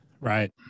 Right